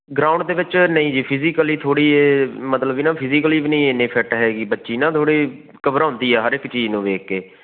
ground ਦੇ ਵਿੱਚ ਨਹੀਂ ਜੀ ਫਿਜੀਕਲੀ ਥੋੜ੍ਹੀ ਇਹ ਮਤਲਬ ਵੀ ਨਾ ਫਿਜੀਕਲੀ ਵੀ ਨਹੀਂ ਐਨੀ ਫਿੱਟ ਹੈਗੀ ਬੱਚੀ ਨਾ ਥੋੜ੍ਹੀ ਘਬਰਾਉਂਦੀ ਆ ਹਰ ਇੱਕ ਚੀਜ਼ ਨੂੰ ਵੇਖ ਕੇ